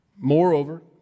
Moreover